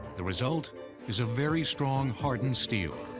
the result is a very strong, hardened steel.